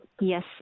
Yes